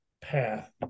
path